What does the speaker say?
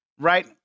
Right